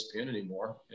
anymore